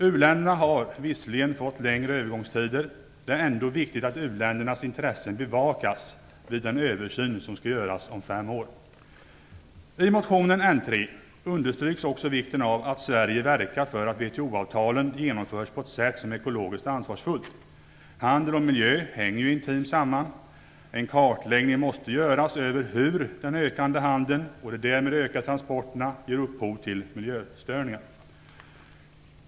U-länderna har visserligen fått längre övergångstider, men det är ändå viktigt att u-ländernas intressen bevakas vid den översyn som skall göras om fem år. I motion N3 understryks också vikten av att Sverige verkar för att WTO-avtalet genomförs på ett sätt som är ekologiskt ansvarsfullt. Handel och miljö hänger ju intimt samman. En kartläggning måste göras över hur den ökande handeln och de därmed ökande transporterna ger upphov till miljöstörningar.